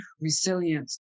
resilience